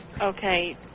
okay